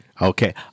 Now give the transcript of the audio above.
Okay